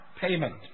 payment